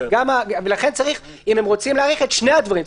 אם הם רוצים להאריך את שני הדברים,